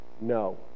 No